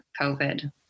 COVID